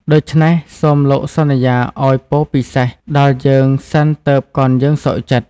ដូច្នេះ សូមលោកសន្យាឱ្យពរពិសេសដល់យើងសិនទើបកនយើងសុខចិត្ត។